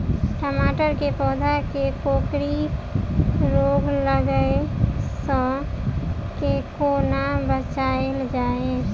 टमाटर केँ पौधा केँ कोकरी रोग लागै सऽ कोना बचाएल जाएँ?